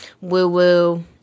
woo-woo